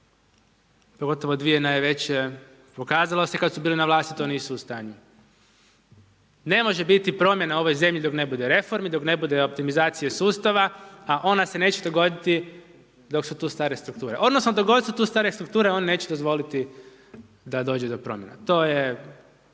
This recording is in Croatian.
pogotovo dvije najveće, pokazalo se kad su bile na vlasti, to nisu u stanju. Ne može biti promjena u ovoj zemlji dok ne bude reformi, dok ne bude optimizacija sustava a ona se neće dogoditi dok su tu stare strukture odnosno dok god su tu stare strukture, one neće dozvoliti da dođe do promjena. To je